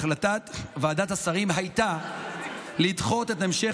החלטת ועדת השרים הייתה לדחות את המשך